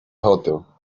hotel